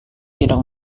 tidak